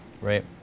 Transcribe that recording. right